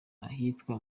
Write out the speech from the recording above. ahitwa